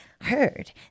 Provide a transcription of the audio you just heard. heard